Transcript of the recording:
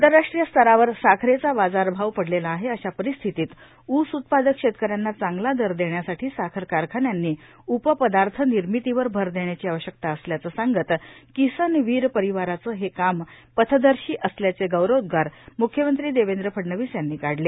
आंतरराष्ट्रीय स्तरावर साखरेचा बाजारभाव पडलेला आहे अशा परिस्थितीत ऊस उत्पादक शेतकऱ्यांना चांगला दर देण्यासाठी साखर कारखान्यांनी उपपदार्थ निर्मितीवर भर देण्याची आवश्यकता असल्याचं सांगत किसन वीर परिवाराचं हे काम पथदर्शी असल्याचे गौरवोदगार मुख्यमंत्री देवेंद्र फडणवीस यांनी काढले